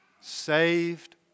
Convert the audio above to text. saved